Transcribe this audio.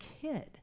kid